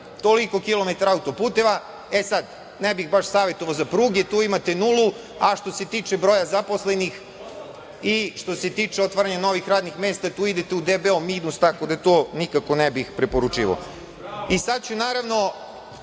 toliko kilometara autoputeva. Ne bih baš savetovao za pruge. Tu imate nulu, a što se tiče broja zaposlenih i što se tiče otvaranja novih radnih mesta tu idete u debeo minus, tako da to nikako ne bih preporučivao. Sada ću malo